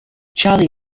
charlie